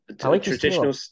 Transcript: traditional